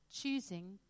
choosing